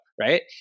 Right